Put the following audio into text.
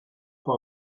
for